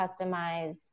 customized